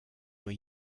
were